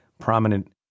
prominent